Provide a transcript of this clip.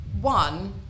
one